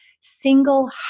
single